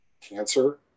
cancer